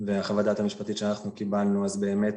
וחוות הדעת המשפטית שאנחנו קיבלנו, אז באמת